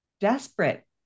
desperate